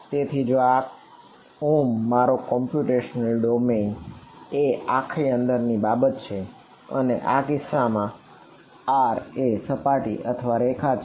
તેથી જો આ મારો કોમ્પ્યુટેશનલ ડોમેઈન એ આખી અંદર ની બાબત છે અને આ કિસ્સામાં એ સપાટી અથવા રેખા છે